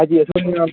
ꯍꯥꯏꯕꯗꯤ ꯑꯁꯣꯏ ꯑꯉꯥꯝ